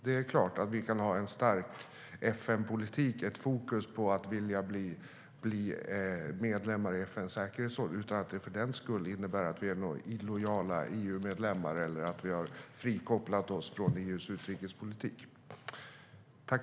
Det är klart att vi kan ha en stark FN-politik och ett fokus på att vilja bli medlem i FN:s säkerhetsråd utan att det för den skull innebär att vi är illojala EU-medlemmar eller har frikopplat oss från EU:s utrikespolitik.